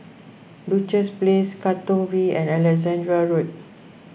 Duchess Place Katong V and Alexandra Road